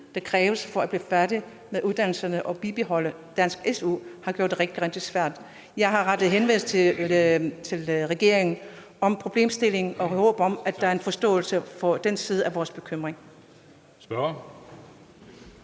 det kræver at blive færdig med uddannelsen og bibeholde dansk SU. Jeg har rettet henvendelse til regeringen om problemstillingen, i håbet om at der er en forståelse for den side af vores bekymring.